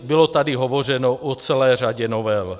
Bylo tady hovořeno o celé řadě novel.